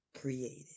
created